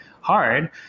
hard